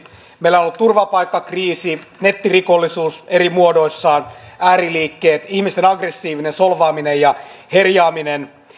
meillä on ollut turvapaikkakriisi nettirikollisuus eri muodoissaan ääriliikkeet ihmisten aggressiivinen solvaaminen ja herjaaminen